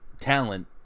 talent –